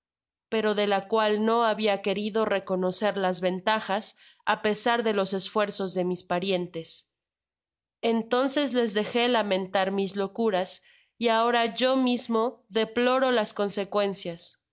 pero de la cual no habia querido reconocer las ventajas á pesar de los esfuerzos de mis parientes entonces les dejé lamentar mis locuras y ahora yo mismo deploro sus consecuencias